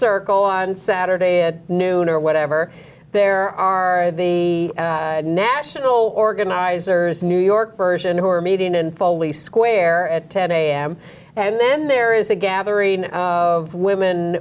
circle on saturday at noon or whatever there are the national organizers new york version who are meeting in foley square at ten am and then there is a gathering of women